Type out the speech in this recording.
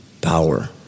power